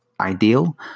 ideal